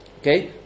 Okay